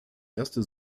erste